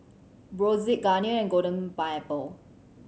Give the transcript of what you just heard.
Brotzeit Garnier and Golden Pineapple